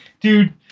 dude